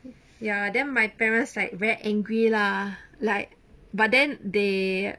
ya then my parents like very angry lah like but then they